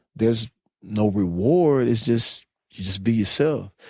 there's no reward. it's just be yourself.